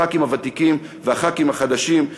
חברי הכנסת הוותיקים וחברי הכנסת החדשים,